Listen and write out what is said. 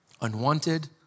unwanted